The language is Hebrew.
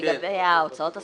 לגבי ההוצאות הסבירות,